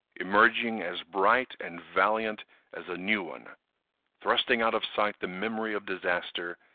emerging as bright and valiant as a new one thrusting out of sight the memory of disaster,